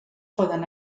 poden